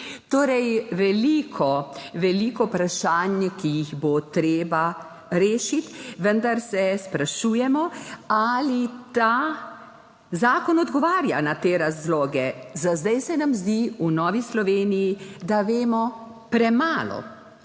Torej, veliko, veliko vprašanj, ki jih bo treba rešiti, vendar se sprašujemo, ali ta zakon odgovarja na te razloge. Za zdaj se nam zdi v Novi Sloveniji, da vemo premalo.